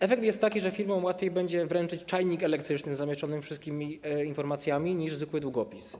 Efekt jest taki, że firmom łatwiej będzie wręczyć czajnik elektryczny z zamieszczonymi wszystkimi informacjami niż zwykły długopis.